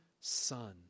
son